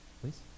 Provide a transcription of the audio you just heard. Please